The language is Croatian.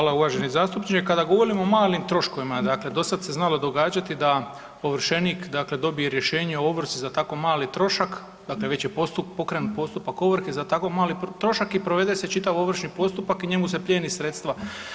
Hvala uvaženi zastupniče, kada govorimo o malim troškovima, dakle do sada se znalo događati da ovršenik dakle dobije rješenje o ovrsi za tako mali trošak, dakle već je pokrenut postupak ovrhe za tako mali trošak i provede se čitav ovršni postupak i njemu se plijene sredstava.